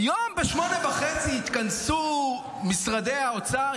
היום ב-08:30 התכנס משרד האוצר,